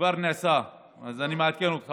את זה.